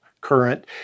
current